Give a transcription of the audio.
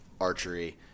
archery